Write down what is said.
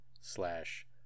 slash